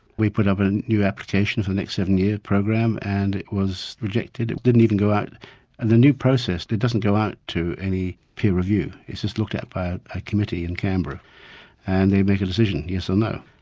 we put up a and new application for the next seven year program and it was rejected, it didn't even go out under and the new process it doesn't go out to any peer review it's just looked at by a committee in canberra and they make a decision yes or no.